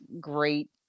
great